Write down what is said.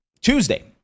Tuesday